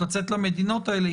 לצאת למדינות האלה,